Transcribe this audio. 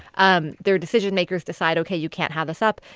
um their decision makers decide, ok, you can't have this up.